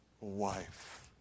wife